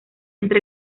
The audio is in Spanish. entre